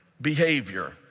Behavior